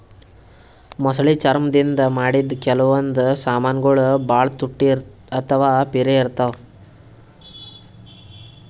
ಮೊಸಳಿ ಚರ್ಮ್ ದಿಂದ್ ಮಾಡಿದ್ದ್ ಕೆಲವೊಂದ್ ಸಮಾನ್ಗೊಳ್ ಭಾಳ್ ತುಟ್ಟಿ ಅಥವಾ ಪಿರೆ ಇರ್ತವ್